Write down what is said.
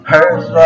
Hurts